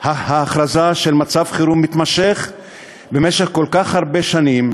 ההכרזה של מצב חירום מתמשך במשך כל כך הרבה שנים.